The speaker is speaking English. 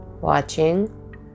watching